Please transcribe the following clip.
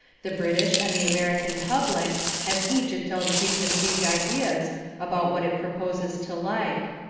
the british and the american public has each its own precon ceived ideas about what it proposes to like.